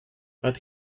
but